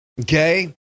Okay